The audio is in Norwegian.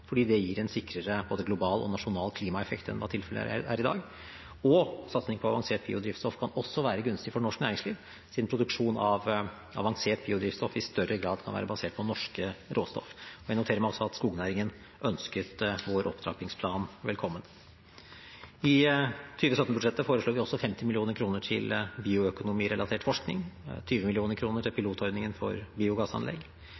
fordi det gir en sikrere både global og nasjonal klimaeffekt enn hva tilfellet er i dag. Satsing på avansert biodrivstoff kan også være gunstig for norsk næringsliv, siden produksjon av avansert biodrivstoff i større grad kan være basert på norske råstoffer. Jeg noterer meg også at skognæringen ønsket vår opptrappingsplan velkommen. I 2017-budsjettet foreslår vi også 50 mill. kr til bioøkonomirelatert forskning, 20 mill. kr til